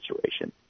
situation